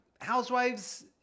Housewives